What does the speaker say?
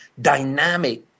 dynamic